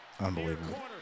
Unbelievable